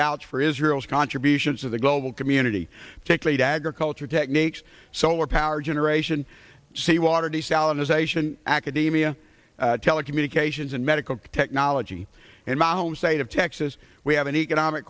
vouch for israel's contributions to the global community take lead agriculture techniques solar power generation sea water desalinization academia telecommunications and medical technology in my home state of texas we have an economic